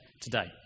today